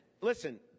listen